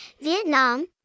Vietnam